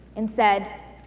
and said,